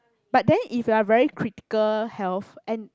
but then if you're very critical health and